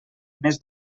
més